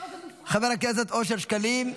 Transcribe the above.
חבר הכנסת אושר שקלים,